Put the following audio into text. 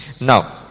Now